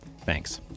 Thanks